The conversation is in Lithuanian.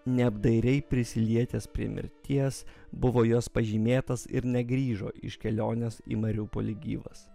neapdairiai prisilietęs prie mirties buvo jos pažymėtas ir negrįžo iš kelionės į mariupolį gyvas